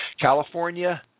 California